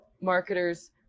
marketers